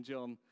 John